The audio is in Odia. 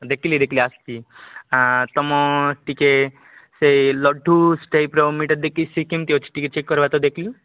ଦେଖିଲି ଦେଖିଲି ଆସିଛି ତୁମ ଟିକେ ସେଇ ଲଡୁସ୍ ଟାଇପ୍ର ମୁଁ ଏଇଟା ଦେଖି ସିଏ କେମିତି ଅଛି ଟିକେ ଚେକ୍ କରିବା ତ ଦେଖିକି